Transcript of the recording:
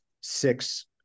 six